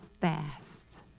fast